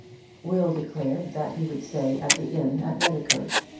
will declared that he would stay at the inn at redicote,